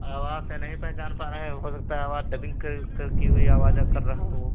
आवाज से नहीं पहचान पा रहे हैं हो सकता है आवाज डबिंग क की हुई आवाज कर रहा हो